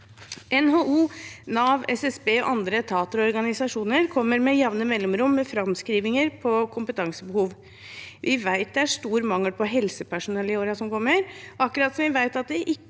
NHO, Nav, SSB og andre etater og organisasjoner kommer med jevne mellomrom med framskrivninger på kompetansebehov. Vi vet at det er stor mangel på helsepersonell i årene som kommer, akkurat som vi vet at det ikke er